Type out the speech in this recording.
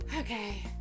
Okay